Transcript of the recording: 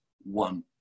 one